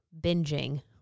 binging